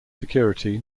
security